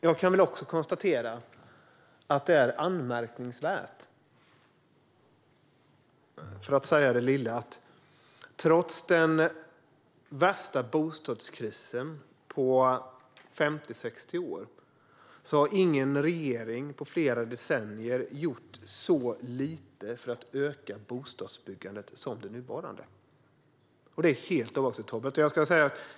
Jag kan också konstatera att det är anmärkningsvärt, för att uttrycka det milt, att trots den värsta bostadskrisen på 50-60 år har ingen regering på flera decennier gjort så lite för att öka bostadsbyggandet som den nuvarande. Det är helt oacceptabelt.